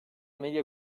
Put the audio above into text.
medya